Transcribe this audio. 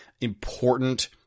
important